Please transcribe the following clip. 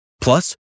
Plus